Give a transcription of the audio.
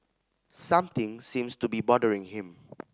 something seems to be bothering him